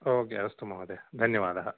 okay अस्तु महोदय धन्यवादः